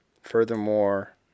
Furthermore